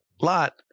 Lot